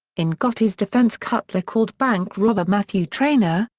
in gotti's defense cutler called bank robber matthew traynor,